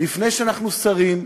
לפני שאנחנו שרים,